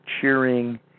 cheering